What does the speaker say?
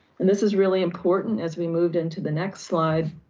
and this is really important as we move into the next slide,